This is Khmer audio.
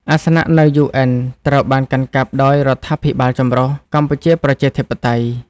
អាសនៈនៅ UN ត្រូវបានកាន់កាប់ដោយរដ្ឋាភិបាលចម្រុះកម្ពុជាប្រជាធិបតេយ្យ។